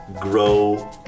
grow